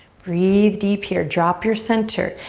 breathe deep here. drop your center.